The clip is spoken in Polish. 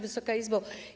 Wysoka Izbo!